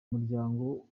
muryango